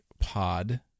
pod